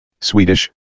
Swedish